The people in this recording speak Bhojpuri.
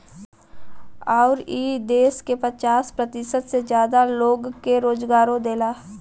अउर ई देस के पचास प्रतिशत से जादा लोग के रोजगारो देला